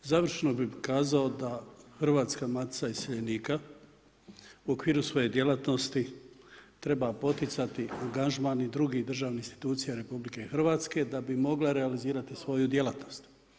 Završno bi kazao da Hrvatska matica iseljenika, u okviru svoje djelatnosti treba poticati angažman i druge državne institucije RH da bi mogla realizirati svoju djelatnost.